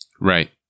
Right